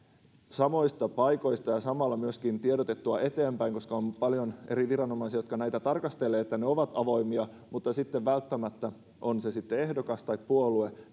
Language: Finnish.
samoista paikoista ja samalla myöskin tiedotettua eteenpäin koska on paljon eri viranomaisia jotka näitä tarkastelevat että ne ovat avoimia mutta sitten on se sitten ehdokas tai puolue on